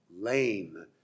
lame